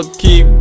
keep